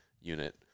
unit